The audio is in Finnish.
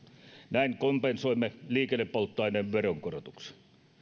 näin kompensoimme liikennepolttoaineiden veronkorotuksia